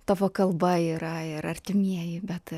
tavo kalba yra ir artimieji bet